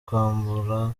kwambura